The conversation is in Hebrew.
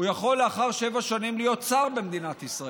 הוא יכול לאחר שבע שנים להיות שר במדינת ישראל.